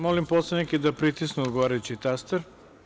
Molim poslanike da pritisnu odgovarajući taster.